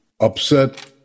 upset